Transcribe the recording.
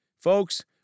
Folks